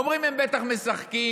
אומרים: הם בטח משחקים,